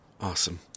Awesome